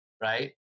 right